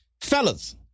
Fellas